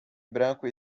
branco